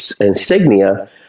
insignia